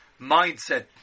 mindset